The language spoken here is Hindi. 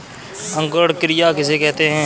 अंकुरण क्रिया किसे कहते हैं?